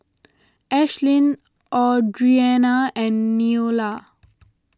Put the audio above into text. Ashlyn Audriana and Neola